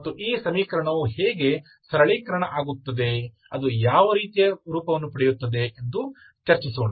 ಮತ್ತು ಈ ಸಮೀಕರಣವು ಹೇಗೆ ಸರಳೀಕರಣ ಆಗುತ್ತದೆ ಅದು ಯಾವ ರೀತಿಯ ರೂಪವನ್ನು ಪಡೆಯುತ್ತದೆ ಎಂದು ಚರ್ಚಿಸೋಣ